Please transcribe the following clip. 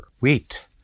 wheat